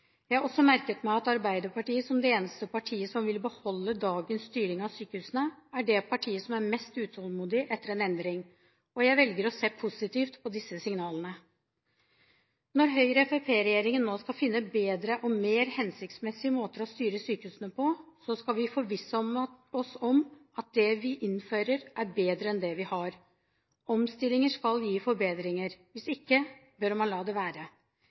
Jeg har også merket meg at Arbeiderpartiet, som det eneste partiet som vil beholde dagens styring av sykehusene, er det partiet som er mest utålmodig etter en endring. Jeg velger å se positivt på disse signalene. Når Høyre–Fremskrittspartiet-regjeringen nå skal finne bedre og mer hensiktsmessige måter å styre sykehusene på, skal vi forvisse oss om at det vi innfører, er bedre enn det vi har. Omstillinger skal gi forbedringer, hvis ikke bør man la det være.